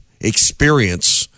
experience